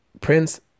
Prince